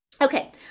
Okay